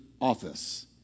office